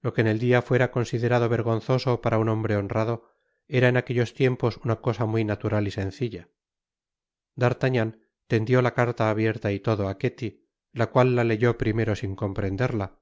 lo que en el dia fuera considerado vergonzoso para un hombre honrado era en aquellos tiempos una cosa muy natural y sencilla d'artagnan tendió la caria abierta y todo á ketty la cual la leyó primero sin comprenderla